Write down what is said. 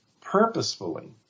purposefully